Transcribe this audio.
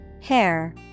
hair